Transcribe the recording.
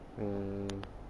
mm